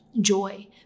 joy